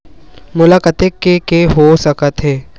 मोला कतेक के के हो सकत हे?